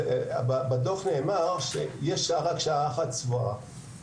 בדוח נאמר שיש רק שעה אחת צבועה,